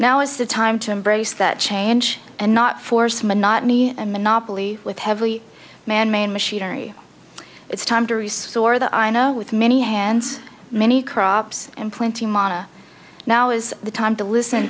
now is the time to embrace that change and not force monotony a monopoly with heavily manmade machinery it's time to resource that i know with many hands many crops and plenty mana now is the time to listen